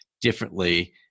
differently